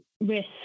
risk